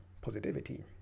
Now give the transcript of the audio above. positivity